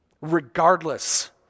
Regardless